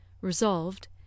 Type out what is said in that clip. resolved